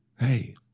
hey